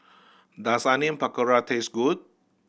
does Onion Pakora taste good